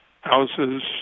houses